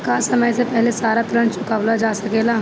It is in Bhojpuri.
का समय से पहले सारा ऋण चुकावल जा सकेला?